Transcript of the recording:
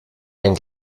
ein